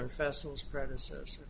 or festivals predecessor